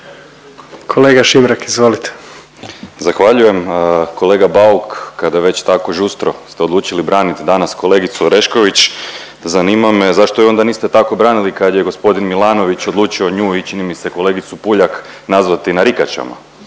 Maksimilijan (HDZ)** Zahvaljujem. Kolega Bauk kada već tako žustro ste odlučili braniti danas kolegicu Orešković, zanima me zašto je onda niste tako branili kad je g. Milanović odlučio nju i čini mi se kolegicu Puljak nazvati narikačama?